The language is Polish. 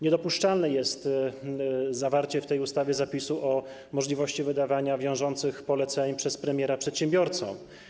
Niedopuszczalne jest zawarcie w tej ustawie zapisu o możliwości wydawania wiążących poleceń przez premiera przedsiębiorcom.